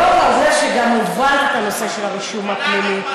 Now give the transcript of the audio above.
לאור זה שגם הובלת את הנושא של הרישום הפלילי,